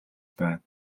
байна